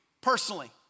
personally